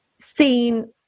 seen